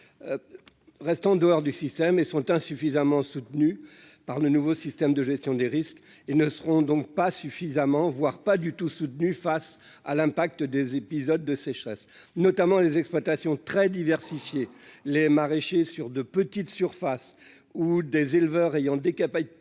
reste en dehors du système et sont insuffisamment soutenues par le nouveau système de gestion des risques et ne seront donc pas suffisamment, voire pas du tout soutenu face à l'impact des épisodes de sécheresse notamment les exploitations très diversifié, les maraîchers sur de petites surfaces ou des éleveurs ayant décapage